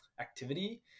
activity